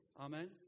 Amen